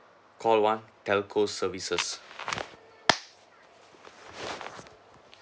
call one telco services